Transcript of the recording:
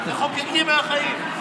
מחוקקים מהחיים.